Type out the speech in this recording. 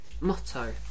motto